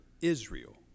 Israel